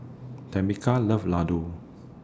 Tamica loves Ladoo